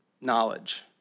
knowledge